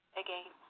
again